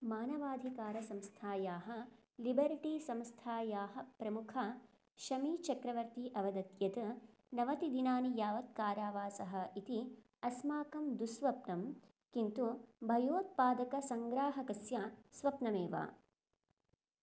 मानवाधिकारसंस्थायाः Liberty संस्थायाः प्रमुखा शमी चक्रवर्ती अवदत् यत् नवतिदिनानि यावत् कारावासः इति अस्माकं दुःस्वप्नं किन्तु भयोत्पादकसङ्ग्राहकस्य स्वप्नमेव